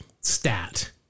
stat